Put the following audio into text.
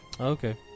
Okay